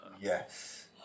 Yes